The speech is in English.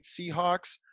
Seahawks